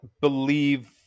believe